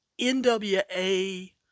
NWA